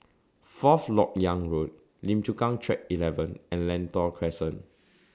Fourth Lok Yang Road Lim Chu Kang Track eleven and Lentor Crescent